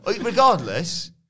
Regardless